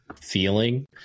feeling